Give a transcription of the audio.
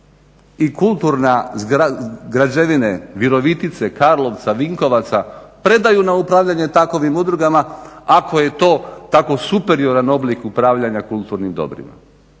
i kulturne građevine Virovitice, Karlovca, Vinkovaca predaju na upravljanje takvim udrugama ako je to tako superioran oblik upravljanja kulturnim dobrima.